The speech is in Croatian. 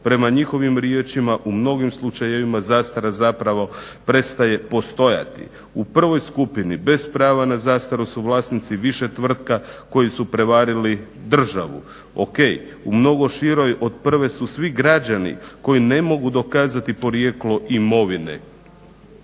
Prema njihovim riječima u mnogim slučajevima zastara zapravo prestaje postojati. U prvoj skupini bez prava na zastaru su vlasnici više tvrtki koji su prevarili državu. Ok, u mnogo široj od prve su svi građani koji ne mogu dokazati porijeklo imovine.